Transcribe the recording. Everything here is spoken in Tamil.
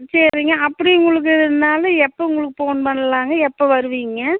ம் சரிங்க அப்படி உங்களுக்கு இருந்தாலும் எப்போ உங்களுக்கு ஃபோன் பண்ணலாங்க எப்போ வருவீங்க